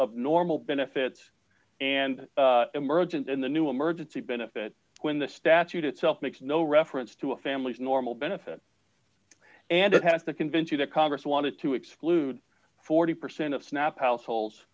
of normal benefits and emergent in the new emergency benefit when the statute itself makes no reference to a family's normal benefit and it has to convince you that congress wanted to exclude forty percent of snap households